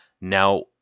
Now